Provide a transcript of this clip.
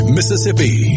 Mississippi